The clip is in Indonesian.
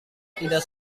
tidak